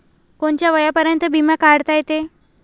कोनच्या वयापर्यंत बिमा काढता येते?